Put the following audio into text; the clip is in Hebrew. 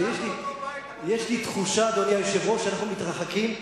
יש לי תחושה, אדוני היושב-ראש, שאנחנו מתרחקים.